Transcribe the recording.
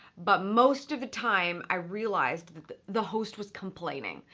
but most of the time, i realized the the host was complaining.